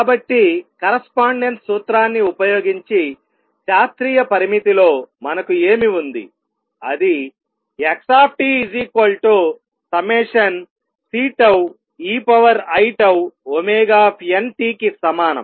కాబట్టి కరెస్పాండన్స్ సూత్రాన్ని ఉపయోగించి శాస్త్రీయ పరిమితిలో మనకు ఏమి ఉంది అది x ∑Ceiτωnt కి సమానం